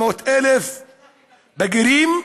בגירים,